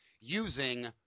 using